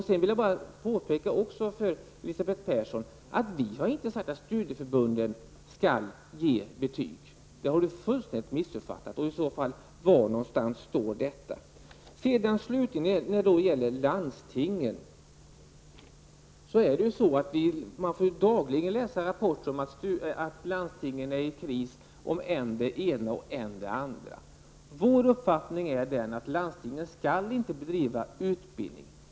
Sedan vill jag bara påpeka för Elisabeth Persson att vi inte har sagt att studieförbunden skall ge betyg. Den saken har hon fullständigt missuppfattat. Var någonstans står detta att läsa? När det gäller landstingen får man dagligen läsa att dessa är i kris på än det ena och än det andra området. Vår uppfattning är att landstingen inte skall bedriva utbildning.